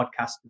podcast